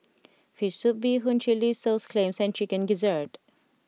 Fish Soup Bee Hoon Chilli Sauce Clams and Chicken Gizzard